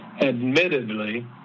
admittedly